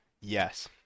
yes